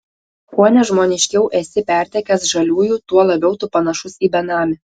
kuo nežmoniškiau esi pertekęs žaliųjų tuo labiau tu panašus į benamį